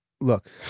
look